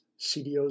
CDOs